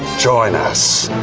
join us.